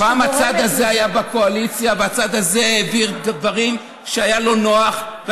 פעם הצד הזה היה בקואליציה והעביר דברים שהיו לו נוחים,